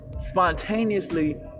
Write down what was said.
spontaneously